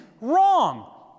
wrong